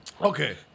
Okay